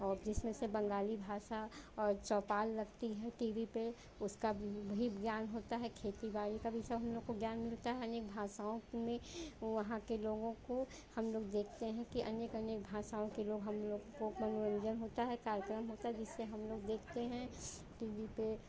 और जिसमें से बंगाली भाषा और चौपाल लगती है टी वी पर उसका भी ध्यान होता है खेती बड़ी का भी सब लोगों को ज्ञान मिलता है अनेक भाषाओं में वहाँ के लोगों को हम लोग देखते हैं कि अनेक अनेक भाषाओं के लोग हम लोग को मनोरंजन होता है कार्यक्रम होता है जिससे हम लोग देखते हैं टी वी पर